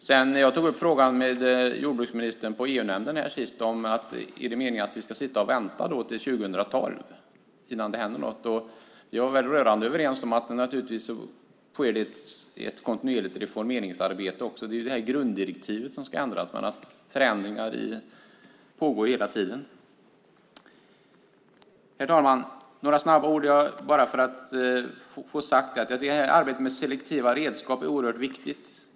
Jag tog på EU-nämnden upp detta med jordbruksministern och frågade om det är meningen att vi ska vänta till 2012 innan det händer något. Vi var väl rörande överens om att det sker ett kontinuerligt reformeringsarbete. Det är grunddirektivet som ska ändras. Förändringar pågår hela tiden. Herr talman! Jag vill också få sagt att jag tycker att arbetet med selektiva redskap är väldigt viktigt.